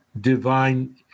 Divine